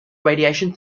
radiation